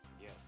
Yes